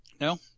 No